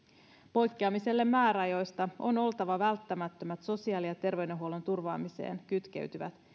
poikkeamiselle määräajoista on oltava välttämättömät sosiaali ja terveydenhuollon turvaamiseen kytkeytyvät